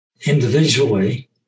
individually